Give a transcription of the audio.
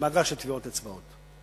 ממאגר של טביעות אצבעות,